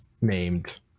named